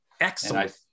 Excellent